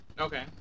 Okay